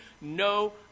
no